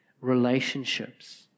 relationships